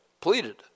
pleaded